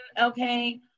okay